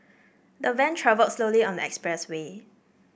the van travelled slowly on the expressway